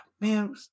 man